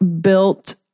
built